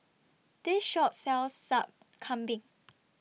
This Shop sells Sup Kambing